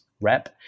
rep